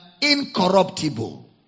incorruptible